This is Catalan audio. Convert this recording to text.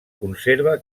conserva